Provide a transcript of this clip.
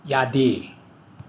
ꯌꯥꯗꯦ